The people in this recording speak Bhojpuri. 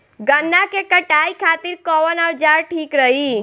गन्ना के कटाई खातिर कवन औजार ठीक रही?